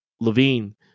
levine